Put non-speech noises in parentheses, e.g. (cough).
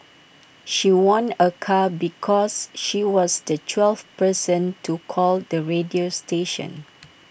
she won A car because she was the twelfth person to call the radio station (noise)